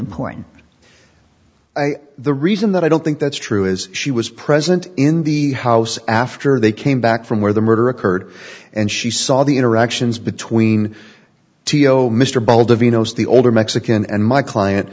important i the reason that i don't think that's true is she was present in the house after they came back from where the murder occurred and she saw the interactions between two yo mr boulder vino's the older mexican and my client